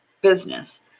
business